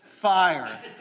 fire